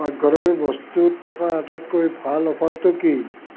পাকঘৰৰ বস্তুত থকা আটাইতকৈ ভাল অফাৰটো কি